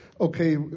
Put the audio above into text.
Okay